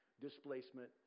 displacement